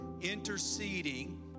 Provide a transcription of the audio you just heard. interceding